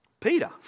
Peter